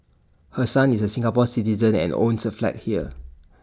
her son is A Singapore Citizen and owns A flat here